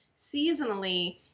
seasonally